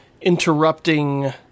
interrupting